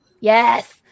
Yes